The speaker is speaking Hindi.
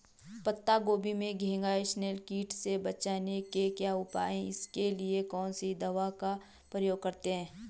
पत्ता गोभी में घैंघा इसनैल कीट से बचने के क्या उपाय हैं इसके लिए कौन सी दवा का प्रयोग करते हैं?